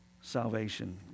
salvation